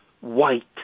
white